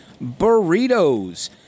burritos